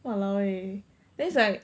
!walao! eh then it's like